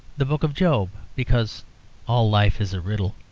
the book of job because all life is a riddle.